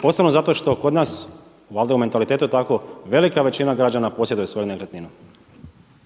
posebno zato što kod nas valjda je u mentalitetu tako velika većina građana posjeduje svoju nekretninu. **Brkić,